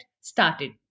started